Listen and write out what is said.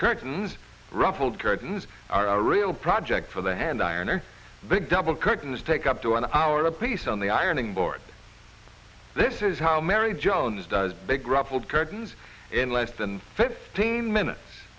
curtains ruffled curtains are a real project for the hand ironer big double curtains take up to an hour a piece on the ironing board this is how mary jones does big ruffled curtains in less than fifteen minutes